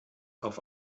auf